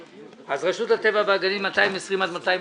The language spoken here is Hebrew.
אז רשות הטבע והגנים, 220 עד 225,